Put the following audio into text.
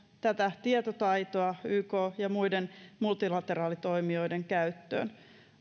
tätä tietotaitoa yk ja muiden multilateraalitoimijoiden käyttöön